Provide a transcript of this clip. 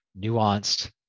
nuanced